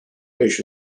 beş